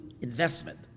investment